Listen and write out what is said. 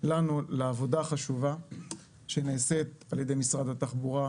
לנו לעבודה החשובה שנעשית על ידי משרד התחבורה,